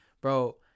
Bro